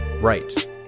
right